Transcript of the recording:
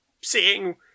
seeing